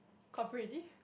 cough already